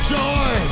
joy